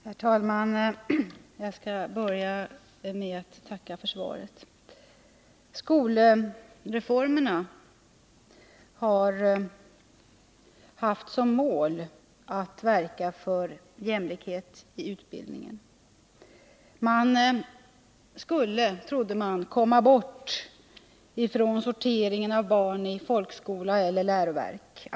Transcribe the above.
Herr talman! Jag skall börja med att tacka för svaret. Skolreformerna har haft som mål att verka för jämlikhet i utbildningen. Man skulle, trodde man, komma bort från sorteringen av barn i folkskola eller läroverk.